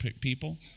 people